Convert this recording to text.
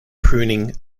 pruning